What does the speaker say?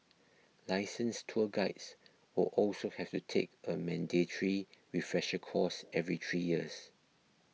licensed tour guides will also have to take a mandatory refresher course every three years